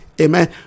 amen